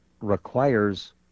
requires